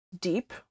deep